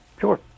Sure